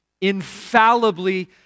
infallibly